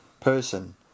person